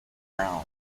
brown